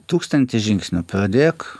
tūkstantį žingsnių pradėk